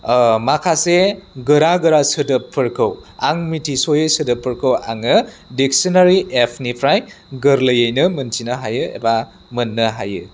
माखासे गोरा गोरा सोदोबफोरखौ आं मिथिस'यै सोदोबफोरखौ आङो डिक्सिनारि एपनिफ्राय गोरलैयैनो मोन्थिनो हायो एबा मोननो हायो